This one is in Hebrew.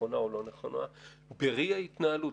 נכונה או לא נכונה, בראי ההתנהלות.